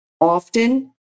often